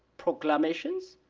proclamations,